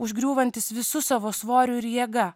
užgriūvantis visu savo svoriu ir jėga